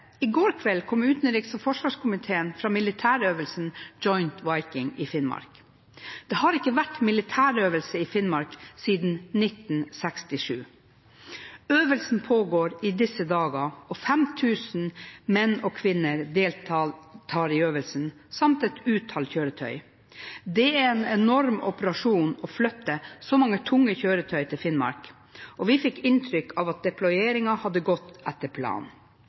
forsvarskomiteen tilbake fra militærøvelsen Joint Viking i Finnmark. Det har ikke vært militærøvelse i Finnmark siden 1967. Øvelsen pågår i disse dager, og 5 000 menn og kvinner deltar i øvelsen samt et utall kjøretøy. Det er en enorm operasjon å flytte så mange tunge kjøretøy til Finnmark. Vi fikk inntrykk av at deployeringen hadde gått etter planen.